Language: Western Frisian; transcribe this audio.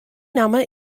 namme